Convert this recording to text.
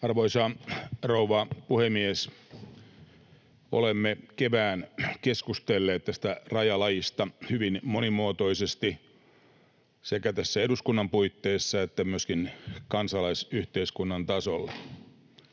Arvoisa rouva puhemies! Olemme kevään keskustelleet tästä rajalajista hyvin monimuotoisesti sekä tässä eduskunnan puitteissa että myöskin kansalaisyhteiskunnan tasolla.